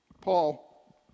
Paul